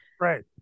Right